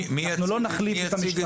אנחנו לא נחליף את המשטרה.